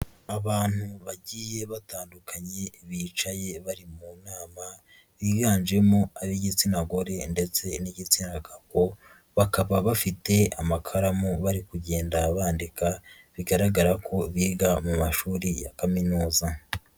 Abantu bagiye batandukanye bicaye bari mu nama biganjemo ab'igitsina gore ndetse n'igitsina gabo bakaba bafite amakaramu bari kugenda bandika bigaragara ko biga mu mashuri ya kaminuza.